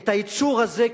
את היצור הזה,